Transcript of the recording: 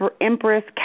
Empress